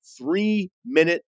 three-minute